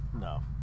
No